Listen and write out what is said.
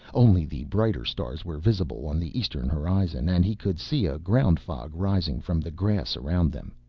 only the brighter stars were visible on the eastern horizon and he could see a ground fog rising from the grass around them.